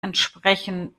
entsprechen